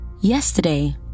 Yesterday